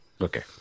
Okay